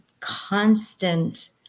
constant